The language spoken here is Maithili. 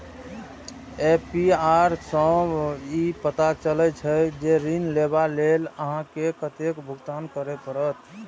ए.पी.आर सं ई पता चलै छै, जे ऋण लेबा लेल अहां के कतेक भुगतान करय पड़त